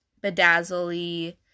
bedazzly